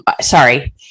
sorry